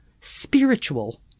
spiritual